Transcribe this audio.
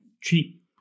cheap